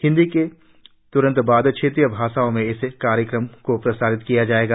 हिंदी प्रसारण के तुरंत बाद क्षेत्रीय भाषाओं में इस कार्यक्रम का प्रसारण किया जाएगा